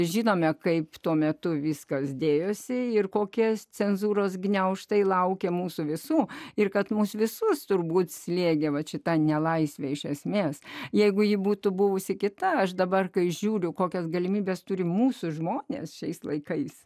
žinome kaip tuo metu viskas dėjosi ir kokias cenzūros gniaužtai laukia mūsų visų ir kad mus visus turbūt slėgė vat šita nelaisvė iš esmės jeigu ji būtų buvusi kita aš dabar kai žiūriu kokios galimybės turi mūsų žmonės šiais laikais